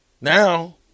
Now